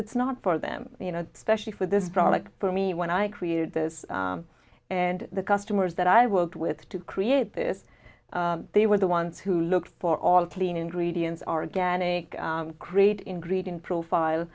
it's not for them you know especially for this product for me when i created this and the customers that i worked with to create this they were the ones who looked for all clean ingredients are again a great ingredient profile